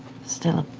still a